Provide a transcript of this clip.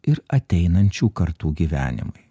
ir ateinančių kartų gyvenimui